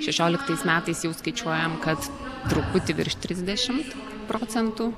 šešioliktais metais jau skaičiuojam kad truputį virš trisdešimt procentų